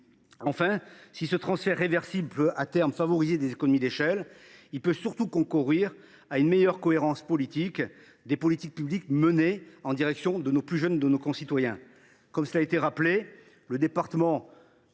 Enfin, si ce transfert réversible peut, à terme, favoriser des économies d’échelle, il peut surtout concourir à une meilleure cohérence des politiques publiques en direction de nos concitoyens les plus jeunes. Comme cela a été rappelé, le département